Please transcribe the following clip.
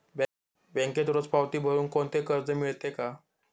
बँकेत रोज पावती भरुन कोणते कर्ज मिळते का?